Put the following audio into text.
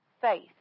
faith